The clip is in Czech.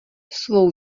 svou